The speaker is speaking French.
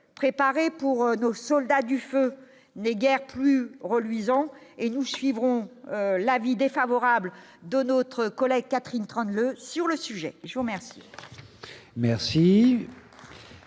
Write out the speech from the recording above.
préparé pour nos soldats du feu n'est guère plus reluisant et nous suivrons l'avis défavorable de notre collègue Catherine sur le sujet, je vous remercie.